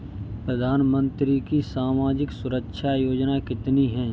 प्रधानमंत्री की सामाजिक सुरक्षा योजनाएँ कितनी हैं?